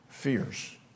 fears